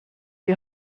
die